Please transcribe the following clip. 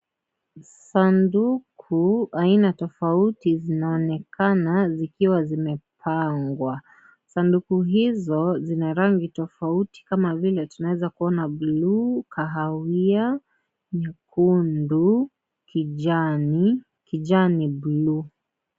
Sanduku aina tofauti zinaonekana zikiwa zimepangwa ,sanduku hizo zinz rangi tofauti kama vile tunaweza kuona buluu , kahawia ,nyekundu ,kijani, kijani buluu.